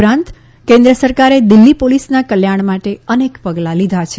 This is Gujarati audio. ઉપરાંત કેન્દ્ર સરકારે દિલ્હી પોલીસના કલ્યાણ માટે અનેક પગલાં લીધાં છે